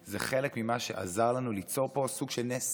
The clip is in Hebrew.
זה חלק ממה שעזר לנו ליצור פה סוג של נס.